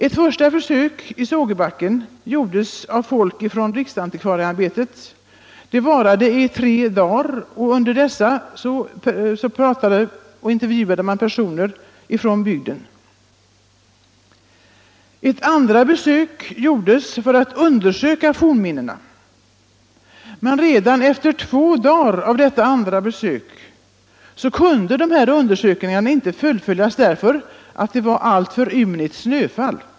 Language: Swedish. Ett första besök i Sågebacken av folk från riksantikvarieämbetet varade i tre dagar, under vilka dessa personer intervjuade bygdens befolkning om fornminnen. Ett andra besök gjordes för att undersöka fornminnena, men redan efter två dagar kunde undersökningarna inte fullföljas på grund av ymnigt snöfall.